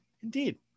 indeed